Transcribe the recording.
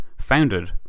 founded